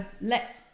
let